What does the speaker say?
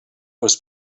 was